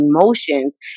emotions